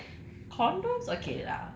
do you really have to pay like